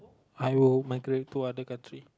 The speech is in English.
I will migrate go other country